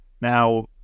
Now